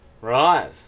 Right